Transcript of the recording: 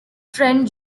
friend